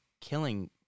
killing